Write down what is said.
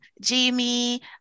Jamie